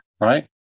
Right